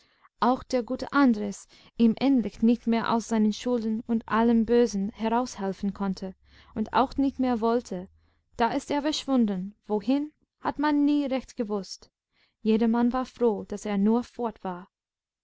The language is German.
auch der gute andres ihm endlich nicht mehr aus seinen schulden und allem bösen heraushelfen konnte und auch nicht mehr wollte da ist er verschwunden wohin hat man nie recht gewußt jedermann war froh daß er nur fort war